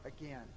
again